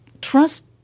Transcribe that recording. trust